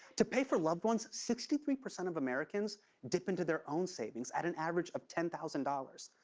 to pay for loved ones, sixty three percent of americans dip into their own savings at an average of ten thousand dollars,